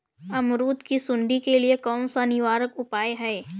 अमरूद की सुंडी के लिए कौन सा निवारक उपाय है?